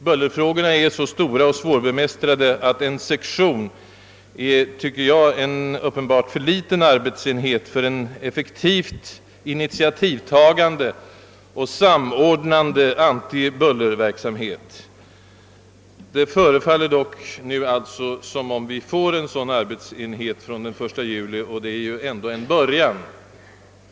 Bullerfrågorna är så stora och svårbemästrade att en sektion enligt min uppfattning uppenbart utgör en för liten arbetsenhet för en effektivt initiativtagande och samordnande antibullerverksamhet. Men det förefaller dock som om vi får en sådan arbetsenhet från den 1 juli nästa år, och det är ändå en början.